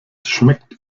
schmeckt